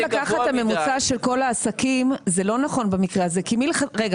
גם לקחת את הממוצע של כל העסקים זה לא נכון במקרה הזה כי ברגע